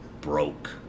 broke